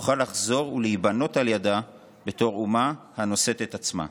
שנוכל לחזור ולהיבנות על ידה בתור אומה הנושאת את עצמה.